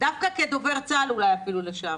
דווקא כדובר צה"ל לשעבר.